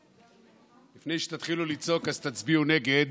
לפני שתתחילו לצעוק "אז תצביעו נגד",